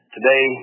Today